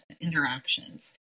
interactions